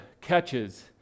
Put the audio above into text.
catches